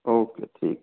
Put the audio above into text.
okay ठीक